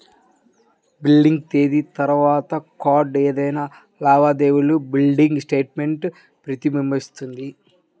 billing తేదీ తర్వాత కార్డ్పై ఏదైనా లావాదేవీ బిల్లింగ్ స్టేట్మెంట్ ప్రతిబింబిస్తుంది